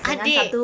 adik